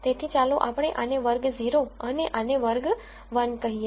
તેથી ચાલો આપણે આને વર્ગ 0 અને આને વર્ગ 1 કહીએ